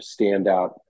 standout